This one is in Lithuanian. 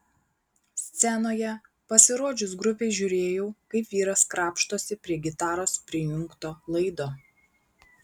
scenoje pasirodžius grupei žiūrėjau kaip vyras krapštosi prie gitaros prijungto laido